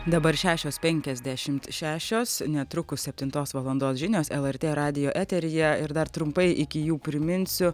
dabar šešios penkiasdešimt šešios netrukus septintos valandos žinios lrt radijo eteryje ir dar trumpai iki jų priminsiu